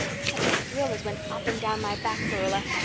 such a thrill as went up and down my back, marilla!